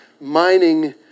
mining